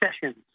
sessions